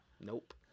Nope